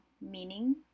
meaning